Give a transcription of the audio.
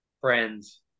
Friends